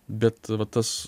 bet va tas